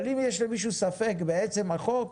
אבל אם יש למישהו ספק בעצם החוק,